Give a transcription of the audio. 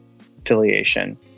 affiliation